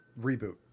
reboot